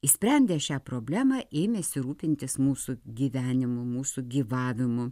išsprendęs šią problemą ėmėsi rūpintis mūsų gyvenimu mūsų gyvavimu